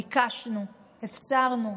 ביקשנו, הפצרנו,